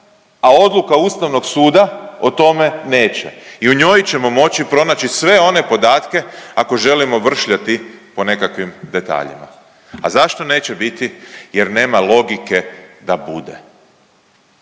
a odluka Ustavnog suda o tome neće i u njoj ćemo moći pronaći sve one podatke ako želimo vršljati po nekakvim detaljima. A zašto neće biti? Jer nema logike da bude.